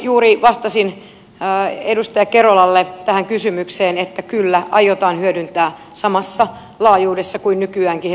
juuri vastasin edustaja kerolalle tähän kysymykseen että kyllä aiotaan hyödyntää samassa laajuudessa kuin nykyäänkin